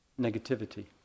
Negativity